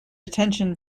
attention